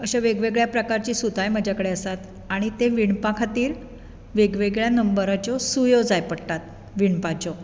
अश्या वेग वेगळ्या प्रकारचीं सुतांय म्हज्या कडे आसात आनी ते विणपा खातीर वेग वेगळ्या नंबराच्यो सुयो जाय पडटात विणपाच्यो